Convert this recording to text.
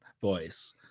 voice